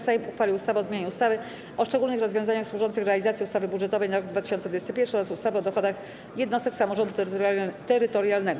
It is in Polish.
Sejm uchwalił ustawę o zmianie ustawy o szczególnych rozwiązaniach służących realizacji ustawy budżetowej na rok 2021 oraz ustawy o dochodach jednostek samorządu terytorialnego.